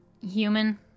human